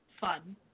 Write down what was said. fun